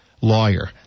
lawyer